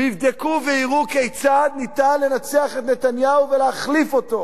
ויבדקו ויראו כיצד אפשר לנצח את נתניהו ולהחליף אותו.